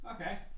okay